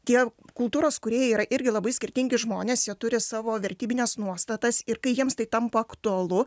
tie kultūros kūrėjai yra irgi labai skirtingi žmonės jie turi savo vertybines nuostatas ir kai jiems tai tampa aktualu